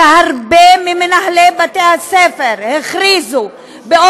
שהרבה ממנהלי בתי הספר הכריזו בושה.